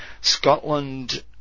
Scotland